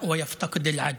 ואין לו צדק.)